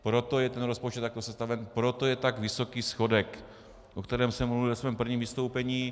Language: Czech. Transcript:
Proto je ten rozpočet takto sestaven, proto je tak vysoký schodek, o kterém jsem mluvil ve svém prvním vystoupení.